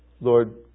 Lord